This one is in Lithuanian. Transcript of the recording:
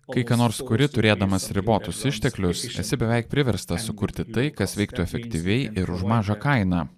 kai ką nors kuri turėdamas ribotus išteklius esi beveik priverstas sukurti tai kas veiktų efektyviai ir už mažą kainą